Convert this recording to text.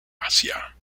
asia